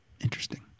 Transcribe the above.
Interesting